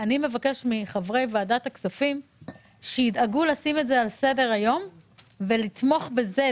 מבקש מחברי ועדת הכספים שידאגו לשים את זה על סדר היום ולתמוך בזה,